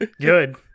good